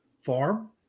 farm